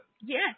Yes